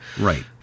Right